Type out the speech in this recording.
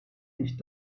nicht